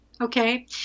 okay